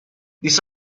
this